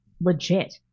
legit